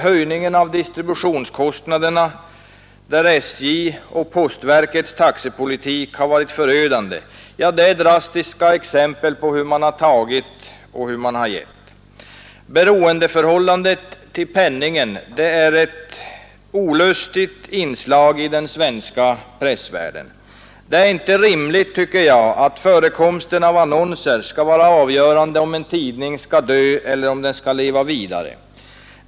Höjningen av distributionskostnaderna — där SJ:s och postverkets taxepolitik varit förödande — är drastiska exempel på hur man har tagit och hur man har gett. Beroendeförhållandet till penningen är ett olustigt inslag i den svenska pressvärlden. Det är inte rimligt, tycker jag, att förekomsten av annnonser skall vara avgörande för om en tidning skall dö eller leva vidare.